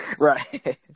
Right